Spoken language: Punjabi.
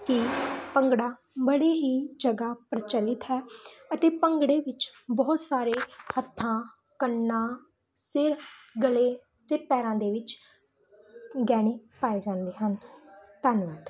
ਕਿ ਭੰਗੜਾ ਬੜੀ ਹੀ ਜਗ੍ਹਾ ਪ੍ਰਚਲਿਤ ਹੈ ਅਤੇ ਭੰਗੜੇ ਵਿੱਚ ਬਹੁਤ ਸਾਰੇ ਹੱਥਾਂ ਕੰਨਾਂ ਸਿਰ ਗਲੇ ਅਤੇ ਪੈਰਾਂ ਦੇ ਵਿੱਚ ਗਹਿਣੇ ਪਾਏ ਜਾਂਦੇ ਹਨ ਧੰਨਵਾਦ